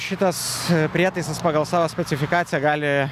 šitas prietaisas pagal savo specifikaciją gali